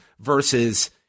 versus